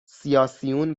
سیاسیون